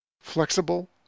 flexible